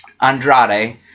Andrade